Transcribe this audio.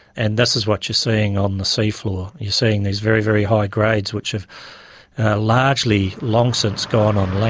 and this is what you're seeing on the seafloor. you're seeing these very, very high grades which have largely long since gone on land.